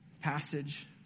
passage